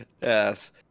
Yes